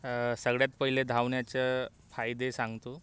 सगळ्यात पहिले धावण्याचं फायदे सांगतो